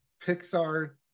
Pixar